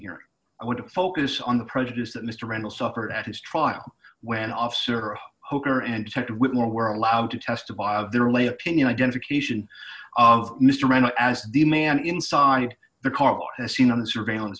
here i want to focus on the prejudice that mr randall suffered at his trial when officer holger and detective whitmore were allowed to testify of their lay opinion identification of mr man as the man inside the car as seen on the surveillance